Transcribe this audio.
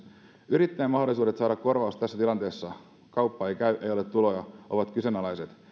yrittäjän mahdollisuudet saada korvausta tässä tilanteessa kun kauppa ei käy ja ei ole tuloja ovat kyseenalaiset